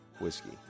Whiskey